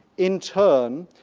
in turn,